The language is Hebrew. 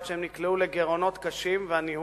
היות שהם נקלעו לגירעונות קשים והניהול